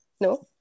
no